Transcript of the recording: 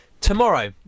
tomorrow